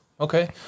Okay